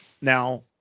now